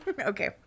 Okay